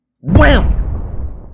Wham